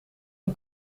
een